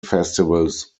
festivals